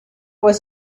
was